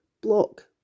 block